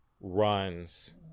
runs